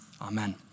Amen